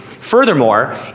Furthermore